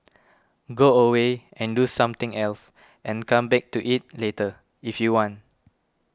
go away and do something else and come back to it later if you want